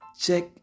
check